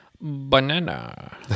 banana